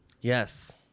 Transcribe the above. Yes